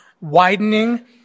widening